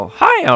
hi